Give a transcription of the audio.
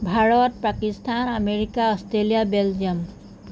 Bharat Pakistan America Australia Belgium